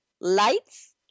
Lights